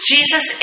Jesus